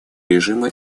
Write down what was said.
режима